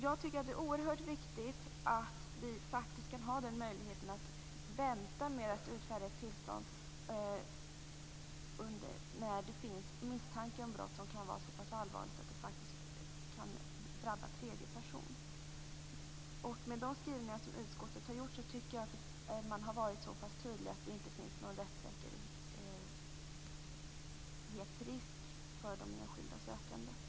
Jag tycker att det är oerhört viktigt att vi faktiskt kan ha möjligheten att vänta med att utfärda ett tillstånd när det finns misstanke om brott som kan vara så pass allvarligt att det kan drabba tredje person. Med de skrivningar som utskottet har gjort tycker jag att man har varit så tydlig att det inte finns någon rättssäkerhetsrisk för enskilda sökande.